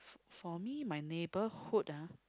for me my neighbourhood ah